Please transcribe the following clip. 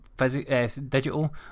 Digital